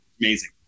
Amazing